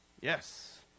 Yes